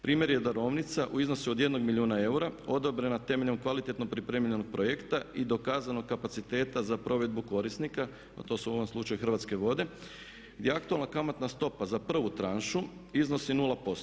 Primjer je darovnica u iznosu od 1 milijuna eura odobrena temeljem kvalitetno pripremljenog projekta i dokazanog kapaciteta za provedbu korisnika a to su ovom slučaju Hrvatske vode gdje je aktualna kamatna stopa za prvu tranšu iznosi 0%